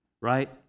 right